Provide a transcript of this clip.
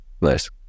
Nice